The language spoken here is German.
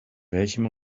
welchem